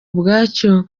ubwacyo